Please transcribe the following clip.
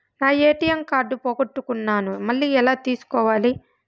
నా ATM card పోగొట్టుకున్నాను, మళ్ళీ ఎలా తీసుకోవాలి?